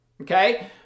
Okay